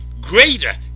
greater